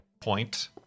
Point